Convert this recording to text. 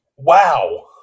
Wow